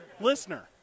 listener